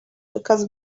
because